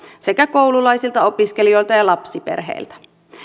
sekä koululaisilta opiskelijoilta ja lapsiperheiltä